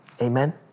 Amen